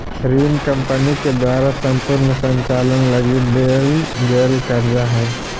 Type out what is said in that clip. ऋण कम्पनी के द्वारा सम्पूर्ण संचालन लगी देल गेल कर्जा हइ